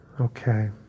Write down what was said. Okay